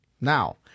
Now